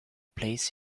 place